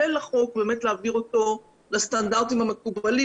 וכולל לחוק, ובאמת להעביר אותו לסטנדרטים המקובלים